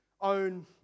own